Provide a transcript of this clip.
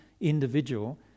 individual